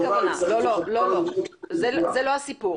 לא הסיפור.